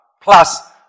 plus